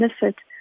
benefit